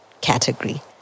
category